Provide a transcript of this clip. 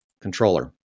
controller